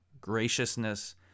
graciousness